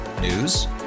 News